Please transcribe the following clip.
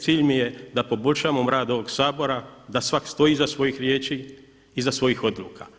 Cilj mi je da poboljšamo rad ovoga Sabora, da svatko stoji iza svojih riječi, iza svojih odluka.